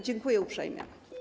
Dziękuję uprzejmie.